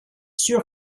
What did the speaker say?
sûr